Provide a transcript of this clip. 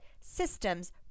systems